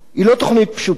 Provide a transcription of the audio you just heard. היא לא תוכנית פשוטה.